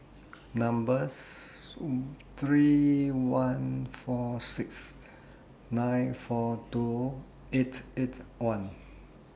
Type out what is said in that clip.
Number three one four six nine four two eight eight one